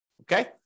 Okay